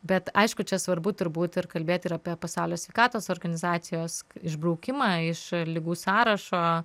bet aišku čia svarbu turbūt ir kalbėt ir apie pasaulio sveikatos organizacijos išbraukimą iš ligų sąrašo